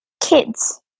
kids